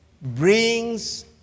brings